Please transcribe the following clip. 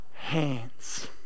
hands